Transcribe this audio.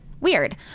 weird